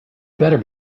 better